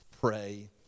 Pray